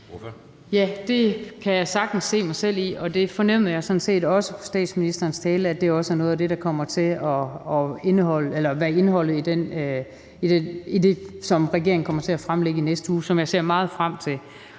Ja, det kan jeg sagtens se mig selv i, og det fornemmede jeg sådan set også på statsministerens tale er noget af det, der kommer til at være indholdet i det, som regeringen kommer til at fremlægge i næste uge, og som jeg ser meget frem til.